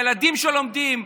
ילדים שלומדים,